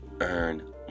earn